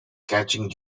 catching